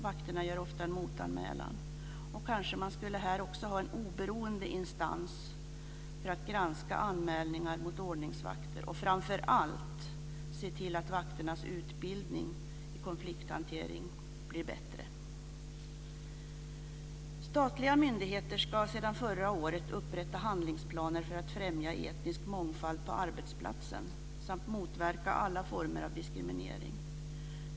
Vakterna gör ofta en motanmälan. Kanske skulle man också här ha en oberoende instans för att granska anmälningar mot ordningsvakter. Framför allt borde man se till att vakternas utbildning i konflikthantering blir bättre. Statliga myndigheter ska sedan förra året upprätta handlingsplaner för att främja etnisk mångfald på arbetsplatsen samt motverka alla former av diskriminering.